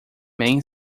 main